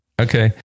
Okay